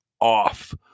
off